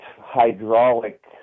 hydraulic